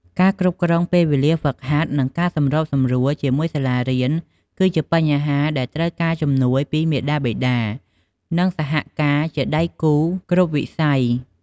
ការគ្រប់គ្រងពេលវេលាហ្វឹកហាត់ និងការសម្របសម្រួលជាមួយសាលារៀនគឺជាបញ្ហាដែលត្រូវការជំនួយពីមាតាបិតា និងសហការជាដៃគូគ្រប់វិស័យ។